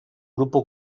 grupo